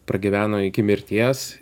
pragyveno iki mirties